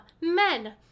men